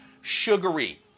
sugary